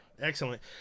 Excellent